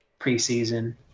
preseason